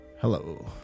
Hello